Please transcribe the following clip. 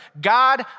God